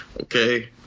okay